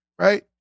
right